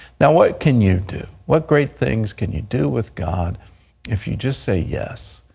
now, what can you do? what great things can you do with god if you just say yes?